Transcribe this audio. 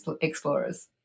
Explorers